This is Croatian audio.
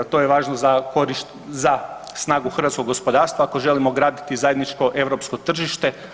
To je važno za snagu hrvatskog gospodarstva ako želimo graditi zajedničko europsko tržište.